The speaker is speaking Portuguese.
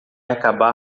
acabar